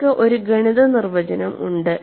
നിങ്ങൾക്ക് ഒരു ഗണിത നിർവചനം ഉണ്ട്